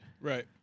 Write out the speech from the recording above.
Right